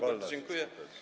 Bardzo dziękuję.